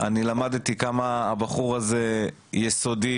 אני למדתי כמה הבחור הזה יסודי,